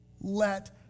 let